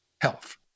health